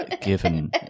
given